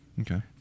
Okay